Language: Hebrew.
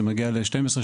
זה מגיע ל-12%,